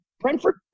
Brentford